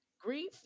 grief